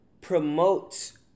promotes